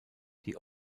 die